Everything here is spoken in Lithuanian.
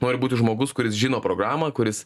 nori būti žmogus kuris žino programą kuris